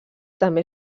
també